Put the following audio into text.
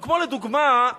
לדוגמה,